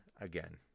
again